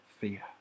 fear